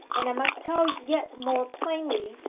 and i must tell yet more plainly.